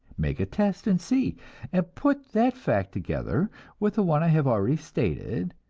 make a test and see and put that fact together with the one i have already stated,